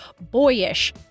boyish